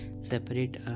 separate